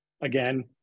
again